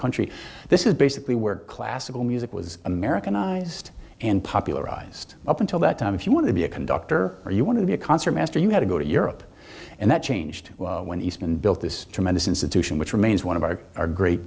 country this is basically where classical music was americanised and popularized up until that time if you want to be a conductor or you want to be a concert master you had to go to europe and that changed when east and built this tremendous institution which remains one of our our great